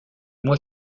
mois